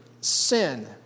sin